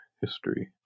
history